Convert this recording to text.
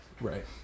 Right